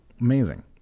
amazing